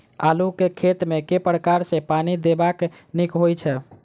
आलु केँ खेत मे केँ प्रकार सँ पानि देबाक नीक होइ छै?